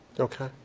okay,